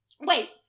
Wait